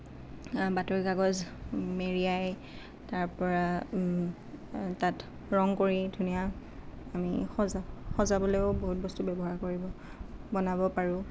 বাতৰি কাগজ মেৰিয়াই তাৰ পৰা তাত ৰং কৰি ধুনীয়া আমি সজা সজাবলৈও বহুত বস্তু ব্যৱহাৰ কৰিব বনাব পাৰোঁ